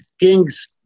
kings